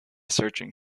searching